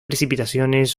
precipitaciones